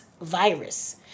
virus